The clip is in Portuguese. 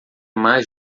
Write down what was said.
mais